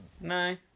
no